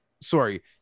Sorry